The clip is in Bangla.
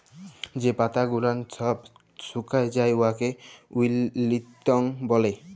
যে পাতা গুলাল ছব ছুকাঁয় যায় উয়াকে উইল্টিং ব্যলে